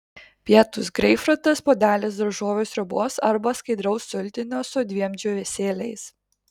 pietūs greipfrutas puodelis daržovių sriubos arba skaidraus sultinio su dviem džiūvėsėliais